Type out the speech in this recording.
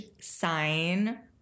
sign